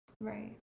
Right